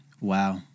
Wow